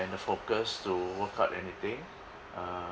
and the focus to work out anything uh